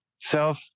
self